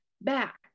back